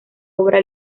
obra